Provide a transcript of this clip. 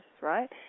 right